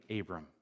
Abram